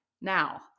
now